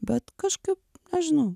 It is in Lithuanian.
bet kažkaip nežinau